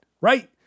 right